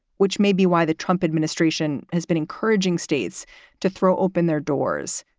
which may be why the trump administration has been encouraging states to throw open their doors,